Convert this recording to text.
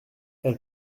elle